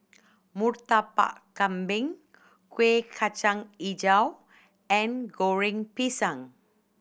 Murtabak Kambing Kueh Kacang Hijau and Goreng Pisang